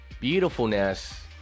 beautifulness